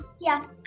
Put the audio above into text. Yes